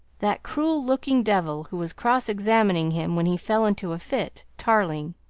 that cruel looking devil who was cross-examining him when he fell into a fit tarling.